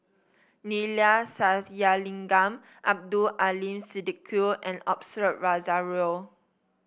Neila Sathyalingam Abdul Aleem Siddique and Osbert Rozario